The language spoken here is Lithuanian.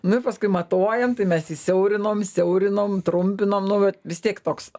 nu ir paskui matuojam tai mes jį siaurinom siaurinom trumpinom nu vat vis tiek toks